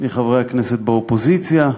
מחברי הכנסת באופוזיציה.